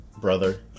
brother